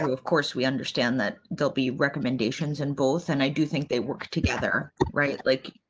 of course, we understand that there'll be recommendations in both and i do think they work together right? like,